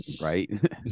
Right